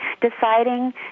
Deciding